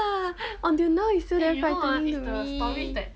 until now you still damn frightening to me